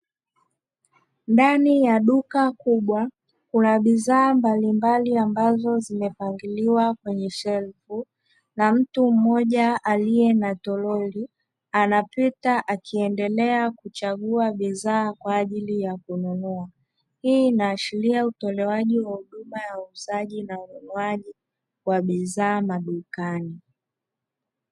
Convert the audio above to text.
Ndani ya duka kubwa kuna bidhaa mbalimbali ambazo zimepangiliwa kwenye shelfu, na mtu mmoja aliye na toroli anapita akiendelea kuchagua bidhaa kwa ajili ya kununua; hii inaashiria utolewaji wa huduma ya uuzaji na ununuaji wa bidhaa madukani.